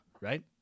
right